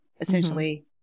essentially